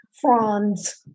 fronds